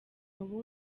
ubu